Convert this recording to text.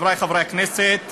חברי חברי הכנסת,